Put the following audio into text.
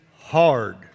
hard